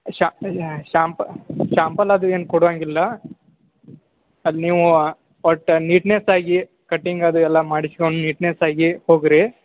ಶಾ ಶಾಂಪ ಶಾಂಪಲ್ ಅದು ಏನೂ ಕೊಡೋಂಗಿಲ್ಲ ಅದು ನೀವು ಒಟ್ಟು ನೀಟ್ನೆಸ್ಸಾಗಿ ಕಟಿಂಗ್ ಅದು ಎಲ್ಲ ಮಾಡಿಸ್ಗೊಂಡ್ ನೀಟ್ನೆಸ್ಸಾಗಿ ಹೋಗಿರಿ